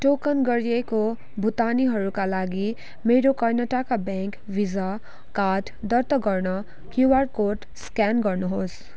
token गरिएको भुक्तानीहरूका लागि मेरो कर्नाटक ब्याङ्क भिसा कार्ड दर्ता गर्न क्युआर कोड स्क्यान गर्नुहोस्